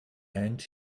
and